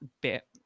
bit